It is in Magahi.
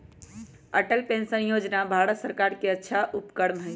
अटल पेंशन योजना भारत सर्कार के अच्छा उपक्रम हई